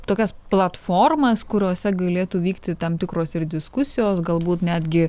tokias platformas kuriose galėtų vykti tam tikros ir diskusijos galbūt netgi